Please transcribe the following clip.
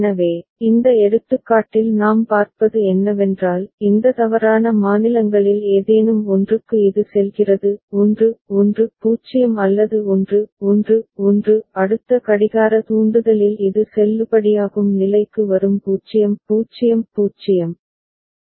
எனவே இந்த எடுத்துக்காட்டில் நாம் பார்ப்பது என்னவென்றால் இந்த தவறான மாநிலங்களில் ஏதேனும் ஒன்றுக்கு இது செல்கிறது 1 1 0 அல்லது 1 1 1 அடுத்த கடிகார தூண்டுதலில் இது செல்லுபடியாகும் நிலைக்கு வரும் 0 0 0